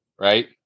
right